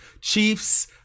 Chiefs